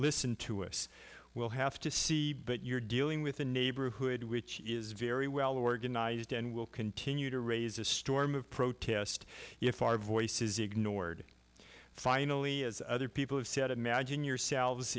listen to us we'll have to see but you're dealing with a neighborhood which is very well organized and will continue to raise a storm of protest if our voice is ignored finally as other people have said imagine yourselves